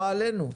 לא עלינו,